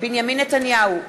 בנימין נתניהו,